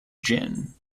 gin